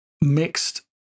mixed